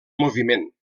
moviment